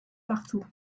marteau